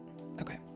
Okay